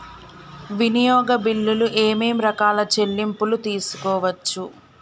వినియోగ బిల్లులు ఏమేం రకాల చెల్లింపులు తీసుకోవచ్చు?